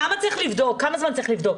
כמה זמן צריך לבדוק?